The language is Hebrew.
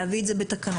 להביא את זה בתקנות.